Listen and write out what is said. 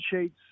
sheets